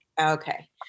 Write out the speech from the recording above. Okay